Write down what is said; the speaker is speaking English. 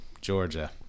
Georgia